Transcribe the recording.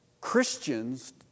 Christians